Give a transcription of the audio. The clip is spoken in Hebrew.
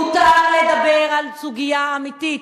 מותר לדבר על סוגיה אמיתית.